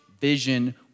vision